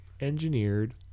engineered